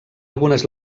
algunes